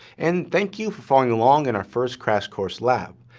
and thank you for following along in our first crash course lab.